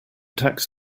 tax